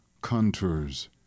contours